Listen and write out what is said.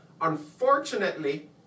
Unfortunately